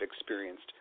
experienced